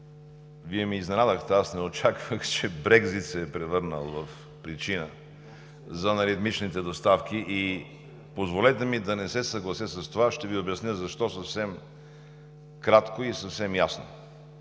Вие ме изненадахте. Аз не очаквах, че Брекзит се е превърнал в причина за неритмичните доставки. И позволете ми да не се съглася с това, ще Ви обясня защо съвсем кратко и съвсем ясно.